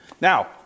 Now